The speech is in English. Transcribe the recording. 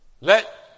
Let